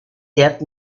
deaf